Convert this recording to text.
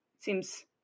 Seems